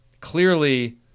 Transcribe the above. Clearly